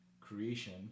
creation